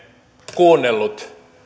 kuunnellut